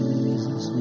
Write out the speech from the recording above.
Jesus